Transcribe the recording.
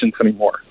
anymore